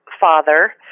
father